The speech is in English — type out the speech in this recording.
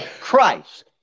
Christ